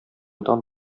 дан